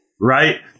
right